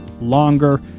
longer